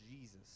Jesus